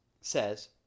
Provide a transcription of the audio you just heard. says